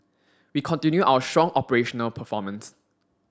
we continue our strong operational performance